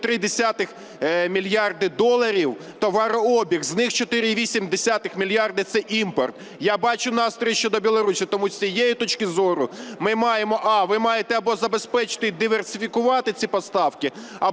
6,3 мільярда доларів товарообіг, з них 4,8 мільярда – це імпорт. Я бачу настрої щодо Білорусі, тому з цієї точки зору ми маємо: а) ви маєте або забезпечити і диверсифікувати ці поставки;